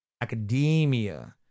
Academia